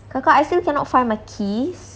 kakak I still cannot find my keys